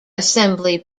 assembly